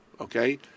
okay